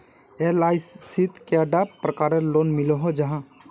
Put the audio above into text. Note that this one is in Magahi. एल.आई.सी शित कैडा प्रकारेर लोन मिलोहो जाहा?